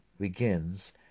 begins